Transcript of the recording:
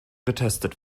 getestet